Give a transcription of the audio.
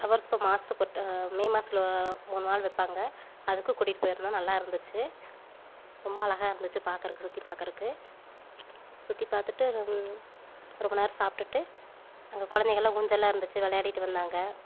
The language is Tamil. ஃபிளவர் ஷோ மாதத்துக்கு ஒரு மே மாதத்துல மூன்று நாள் வைப்பாங்க அதுக்கு கூட்டிட்டு போயிருந்தோம் நல்லாருந்துச்சு ரொம்ப அழகாக இருந்துச்சு பார்க்குறக்கு சுற்றி பார்க்குறக்கு சுற்றி பார்த்துட்டு ரொம்ப நேரம் சாப்பிடுட்டு அங்கே குழந்தைங்கள்லாம் ஊஞ்சல்லாம் இருந்துச்சு விளையாடிட்டு வந்தாங்க